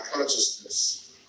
Consciousness